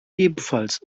ebenfalls